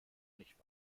nicht